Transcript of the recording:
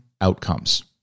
outcomes